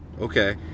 okay